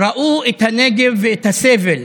ראו את הנגב ואת הסבל